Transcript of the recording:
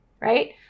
right